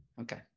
Okay